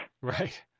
Right